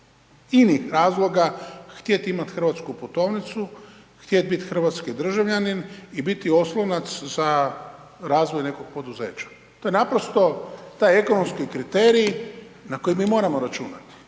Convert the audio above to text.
inih razloga htjet imat Hrvatsku putovnicu, htjet bit hrvatski državljanin i biti oslonac za razvoj nekog poduzeća. To je naprosto, taj ekonomski kriterij na koji mi moramo računa,